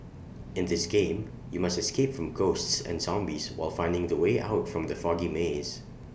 in this game you must escape from ghosts and zombies while finding the way out from the foggy maze